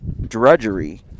drudgery